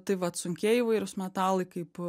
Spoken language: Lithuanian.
tai vat sunkieji įvairūs metalai kaip